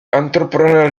entrepreneurs